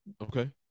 Okay